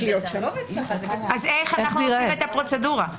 אז איך עושים את הפרוצדורה?